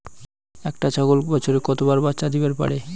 একটা ছাগল বছরে কতবার বাচ্চা দিবার পারে?